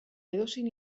edozein